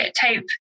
type